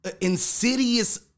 insidious